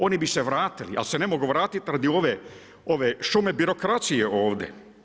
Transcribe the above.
Oni bi se vratili, ali se ne mogu vratiti radi ove šume birokracije ovdje.